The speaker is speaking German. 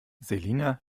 selina